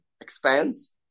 expands